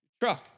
truck